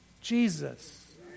Jesus